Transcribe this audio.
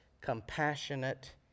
compassionate